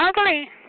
ugly